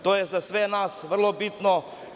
To je za sve nas vrlo bitno.